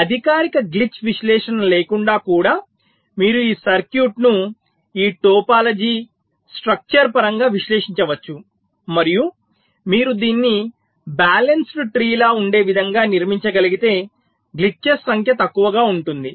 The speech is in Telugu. అధికారిక గ్లిచ్ విశ్లేషణ లేకుండా కూడా మీరు ఈ సర్క్యూట్ను ఈ టోపోలాజీ స్ట్రక్చర్ పరంగా విశ్లేషించవచ్చు మరియు మీరు దీన్ని బ్యాలన్సుడ్ ట్రీలా ఉండే విధంగా నిర్మించగలిగితే గ్లిట్చెస్ సంఖ్య తక్కువగా ఉంటుంది